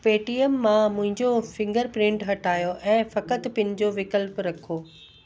Paytm मां मुंहिंजो fingerprint हटायो ऐं फ़क़ति पिन जो विकल्प रखो